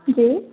जी